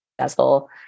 successful